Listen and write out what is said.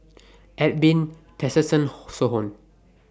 Edwin Tessensohn